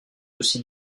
aussi